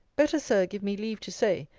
better, sir, give me leave to say,